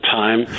time